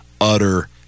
utter